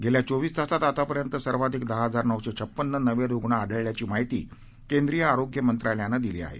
गेल्या चोवीस तासांत आतापर्यंतचे सर्वाधिक दहा हजार नऊशे छप्पन्न नवे रुग्ण आढल्याची माहिती केंद्रीय आरोग्य मंत्रालयानं दिली आहे